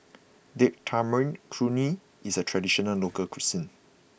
Date Tamarind Chutney is a traditional local cuisine